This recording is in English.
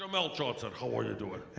um ah like johnson, how are you doing?